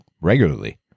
regularly